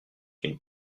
une